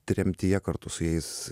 tremtyje kartu su jais